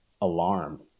alarm